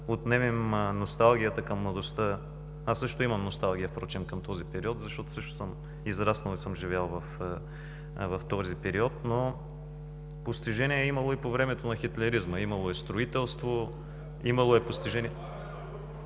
отменим носталгията към младостта. Аз също имам носталгия впрочем към този период, защото също съм израснал и съм живял в този период, но постижения е имало и по времето на хитлеризма. (Шум от „БСП за България“.) Имало е строителство, имало е постижения,